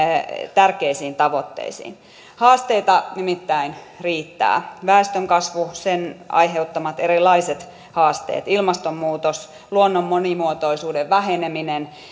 tärkeisiin tavoitteisiin haasteita nimittäin riittää väestönkasvu sen aiheuttamat erilaiset haasteet ilmastonmuutos luonnon monimuotoisuuden väheneminen